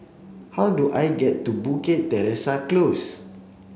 how do I get to Bukit Teresa Close